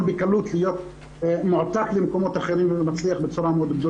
בקלות להיות מועתק למקומות אחרים והוא מצליח מאוד.